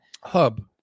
hub